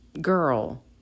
Girl